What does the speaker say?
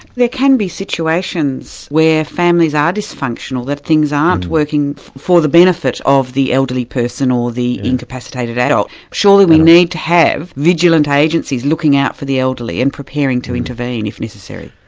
there can be situations where families are dysfunctional, that things aren't working for the benefit of the elderly person or the incapacitated adult. surely we need to have vigilant agencies looking out for the elderly, and preparing to intervene if necessary?